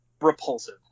repulsive